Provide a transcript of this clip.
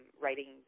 writing